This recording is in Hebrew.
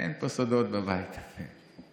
אין פה סודות בבית הזה.